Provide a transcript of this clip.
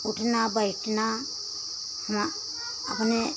उठना बैठना अपने